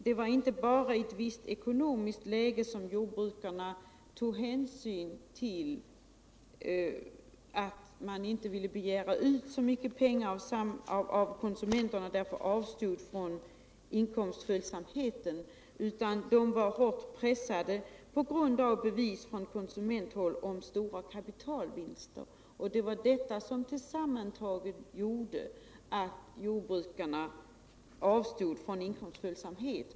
Det var inte bara av hänsyn till et visst ekonomiskt läge jordbrukarna inte ville begära ut så mycket pengar av konsumenterna och därför avstod från inkomstföljsamheten, utan de var hårt pressade på grund av bevis från konsumenthåll på stora kapitalvinster. Sammantaget gjorde detta att jordbrukarna avstod från inkomstföljsamhet.